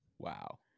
wow